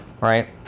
Right